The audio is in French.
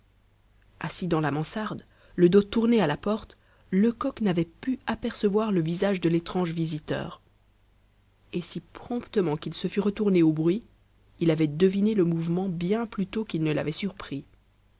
assis dans la mansarde le dos tourné à la porte lecoq n'avait pu apercevoir le visage de l'étrange visiteur et si promptement qu'il se fût retourné au bruit il avait deviné le mouvement bien plutôt qu'il ne l'avait surpris